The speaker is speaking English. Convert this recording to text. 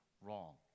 wrong